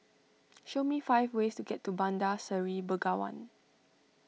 show me five ways to get to Bandar Seri Begawan